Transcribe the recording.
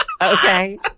Okay